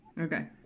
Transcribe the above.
okay